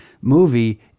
movie